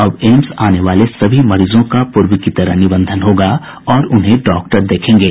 अब एम्स आने वाले सभी मरीजों का पूर्व की तरह निबंधन होगा और उन्हें डॉक्टर देखेंगे